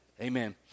Amen